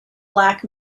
black